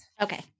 okay